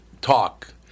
talk